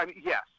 yes